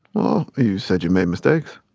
well, you said you made mistakes